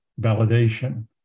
validation